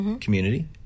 community